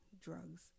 drugs